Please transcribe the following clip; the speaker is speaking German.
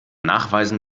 nachweisen